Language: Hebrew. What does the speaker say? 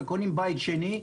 וקונים בית שני,